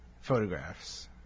Photographs